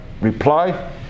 reply